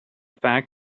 fact